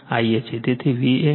તેથી VAN થી Ia leg છે